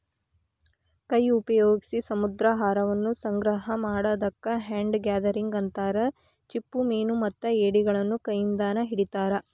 ಕೈ ಉಪಯೋಗ್ಸಿ ಸಮುದ್ರಾಹಾರವನ್ನ ಸಂಗ್ರಹ ಮಾಡೋದಕ್ಕ ಹ್ಯಾಂಡ್ ಗ್ಯಾದರಿಂಗ್ ಅಂತಾರ, ಚಿಪ್ಪುಮೇನುಮತ್ತ ಏಡಿಗಳನ್ನ ಕೈಯಿಂದಾನ ಹಿಡಿತಾರ